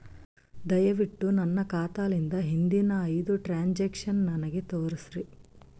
ದಯವಿಟ್ಟು ನನ್ನ ಖಾತಾಲಿಂದ ಹಿಂದಿನ ಐದ ಟ್ರಾಂಜಾಕ್ಷನ್ ನನಗ ತೋರಸ್ರಿ